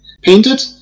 painted